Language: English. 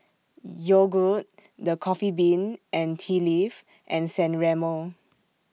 Yogood The Coffee Bean and Tea Leaf and San Remo